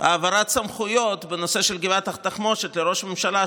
העברת סמכויות בנושא של גבעת התחמושת לראש הממשלה,